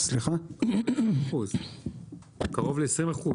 נאלצנו --- קרוב ל-20%.